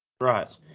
Right